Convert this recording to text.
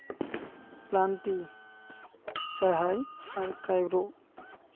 ᱠᱞᱟᱱᱛᱤ ᱥᱟᱦᱟᱭ ᱟᱨ ᱠᱟᱭᱨᱳ